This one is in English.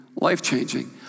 life-changing